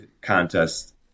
contest